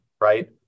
right